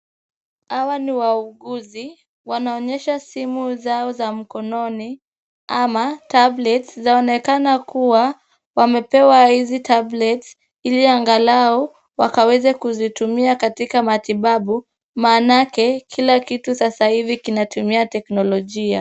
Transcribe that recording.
Hawa ni wauguzi. Wanaonyesha simu zao za mkononi ama tablets . Zaonekana kuwa wamepewa hizi tablets ili angalau wakaweze kuzitumia katika matibabu, maanake kila kitu sasa hivi kinatumia teknolojia.